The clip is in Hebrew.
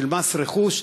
של מס רכוש,